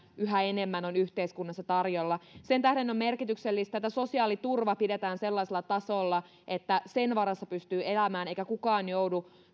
yhä enemmän on yhteiskunnassa tarjolla sen tähden on merkityksellistä että sosiaaliturva pidetään sellaisella tasolla että sen varassa pystyy elämään eikä kukaan joudu